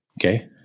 Okay